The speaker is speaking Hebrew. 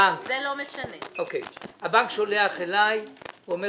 הבנק צריך לחזור אלי או להגיד: